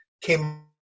came